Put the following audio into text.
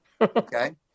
okay